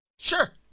Sure